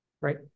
Right